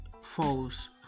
false